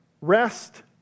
rest